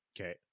Okay